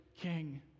king